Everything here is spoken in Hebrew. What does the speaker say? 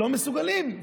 שלא מסוגלים,